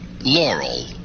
Laurel